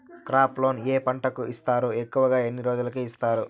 crop loan ఏ పంటలకు ఇస్తారు ఎక్కువగా ఎన్ని రోజులకి ఇస్తారు